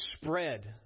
spread